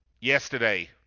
Yesterday